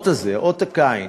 אות קין,